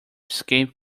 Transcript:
escape